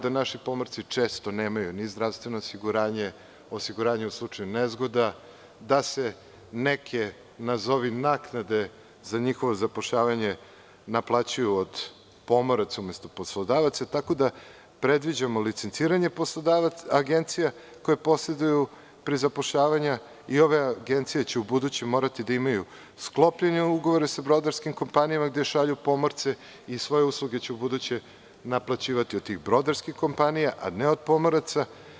Naši pomorci često nemaju ni zdravstveno osiguranje, osiguranje u slučaju nezgoda, da se neke nazovi naknade za njihovo zapošljavanje naplaćuju od pomoraca umesto poslodavaca, tako da predviđamo licenciranje agencija koje posreduju pri zapošljavanju i one će ubuduće morati da imaju sklopljene ugovore sa brodarskim kompanijama gde šalju pomorce i svoje usluge će ubuduće naplaćivati od tih brodarskih kompanija, a ne od pomoraca.